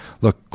look